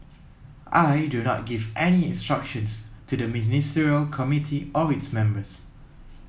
I do not give any instructions to the Ministerial Committee or its members